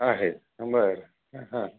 आहे बरं हां